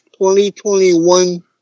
2021